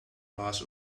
lars